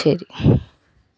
ശരി